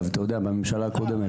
בממשלה הקודמת.